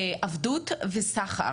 עבדות וסחר,